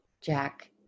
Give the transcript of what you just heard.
Jack